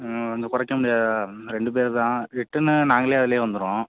இங்கே கொடைக்கானலு ரெண்டுப் பேர் தான் ரிட்டர்னு நாங்களே அதுலேயே வந்துருவோம்